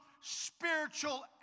spiritual